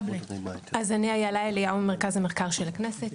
אני אילה אליהו ממרכז המחקר של הכנסת.